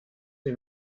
sie